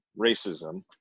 racism